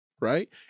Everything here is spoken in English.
right